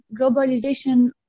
globalization